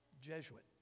Jesuit